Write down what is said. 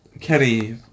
Kenny